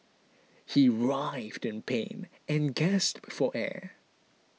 he writhed in pain and gasped for air